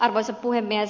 arvoisa puhemies